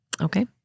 Okay